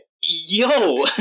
yo